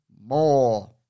more